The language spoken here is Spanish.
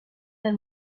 las